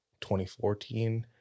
2014